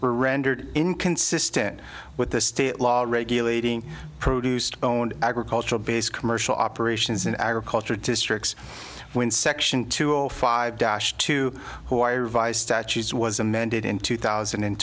rendered inconsistent with the state laws regulating produce to own agricultural base commercial operations in agriculture districts when section two zero five dash two who i revised statutes was amended in two thousand and